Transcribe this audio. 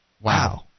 Wow